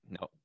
No